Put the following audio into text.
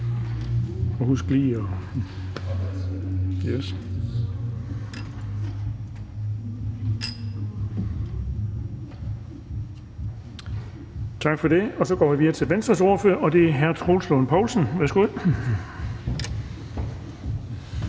ordføreren. Og vi går videre til Venstres ordfører, og det er hr. Troels Lund Poulsen. Værsgo.